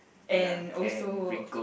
and also